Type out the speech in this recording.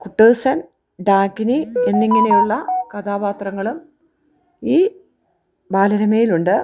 കുട്ടൂസൻ ഡാകിനി എന്നിങ്ങനെയുള്ള കഥാപാത്രങ്ങൾ ഈ ബാലരമയിൽ ഉണ്ട്